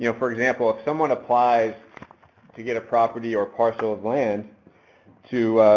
you know for example if someone applies to get a property or parcel of land to,